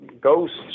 ghosts